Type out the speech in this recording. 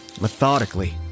methodically